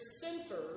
center